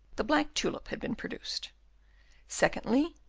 the black tulip had been produced secondly,